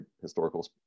historical